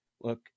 look